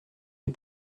les